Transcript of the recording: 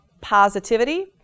positivity